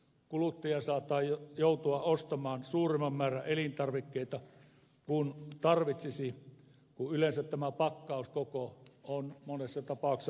kuluttaja saattaa joutua ostamaan suuremman määrän elintarvikkeita kuin tarvitsisi kun yleensä tämä pakkauskoko on monessa tapauksessa varsin suuri